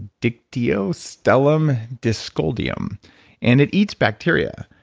dictyostelium discoideum and it eats bacteria.